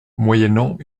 moyennant